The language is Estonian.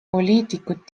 poliitikud